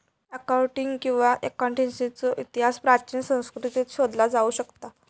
accounting किंवा अकाउंटन्सीचो इतिहास प्राचीन संस्कृतींत शोधला जाऊ शकता